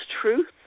truth